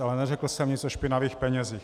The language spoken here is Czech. Ale neřekl jsem nic o špinavých penězích.